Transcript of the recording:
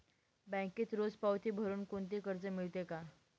बँकेत रोज पावती भरुन कोणते कर्ज मिळते का?